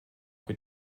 que